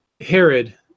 Herod